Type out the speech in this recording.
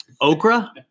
Okra